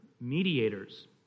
mediators